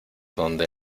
donde